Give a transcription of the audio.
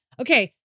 Okay